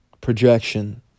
projection